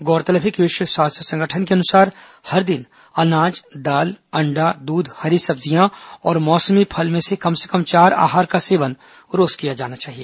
गौरतलब है कि विश्व स्वास्थ्य संगठन के अनुसार हर दिन अनाज दाल अण्डा दूध हरी सब्जियां और मौसम फल में से कम से कम चार आहार का सेवन रोज किया जाना चाहिए